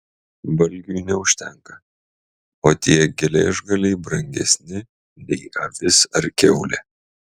valgiui neužtenka o tie geležgaliai brangesni nei avis ar kiaulė